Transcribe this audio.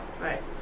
right